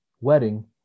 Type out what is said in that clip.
wedding